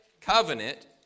covenant